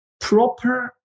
proper